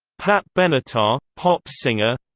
pat benatar, pop singer